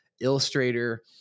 illustrator